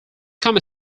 common